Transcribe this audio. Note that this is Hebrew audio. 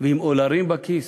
ועם אולרים בכיס.